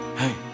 hey